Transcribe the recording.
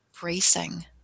bracing